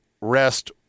rest